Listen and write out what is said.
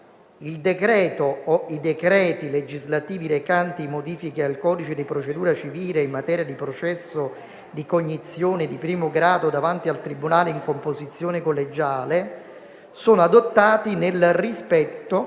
il decreto o i decreti legislativi recanti modifiche al codice di procedura civile in materia di processo di cognizione di primo grado davanti al tribunale in composizione collegiale sono adottati nel rispetto